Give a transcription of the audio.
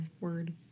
word